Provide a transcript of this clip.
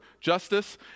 Justice